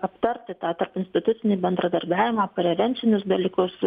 aptarti tą tarpinstitucinį bendradarbiavimą prevencinius dalykus